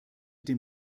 dem